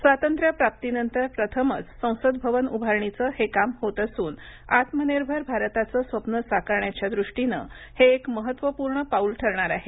स्वातंत्र्यप्राप्तीनंतर प्रथमच संसद भवन उभारणीचं हे काम होत असून आत्मनिर्भर भारताचं स्वप्न साकारण्याच्या दृष्टीनं हे एक महत्त्वपूर्ण पाऊल ठरणार आहे